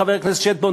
חבר הכנסת שטבון,